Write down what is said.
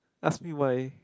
ask me why